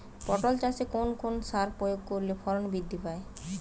পটল চাষে কোন কোন সার প্রয়োগ করলে ফলন বৃদ্ধি পায়?